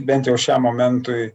bent jau šiam momentui